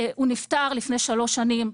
הוא נפטר לפני שלוש שנים,